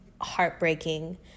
heartbreaking